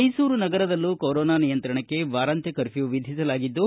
ಮೈಸೂರು ನಗರದಲ್ಲೂ ಕೊರೋನ ನಿಯಂತ್ರಣಕ್ಕೆ ವಾರಾಂತ್ಯ ಕರ್ಪ್ಯೂ ವಿಧಿಸಲಾಗಿದ್ದು